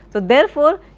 therefore,